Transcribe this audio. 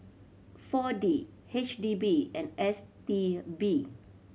Four D H D B and S T B